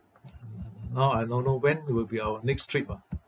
now I don't know when will be our next trip ah